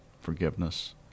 forgiveness